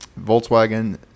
Volkswagen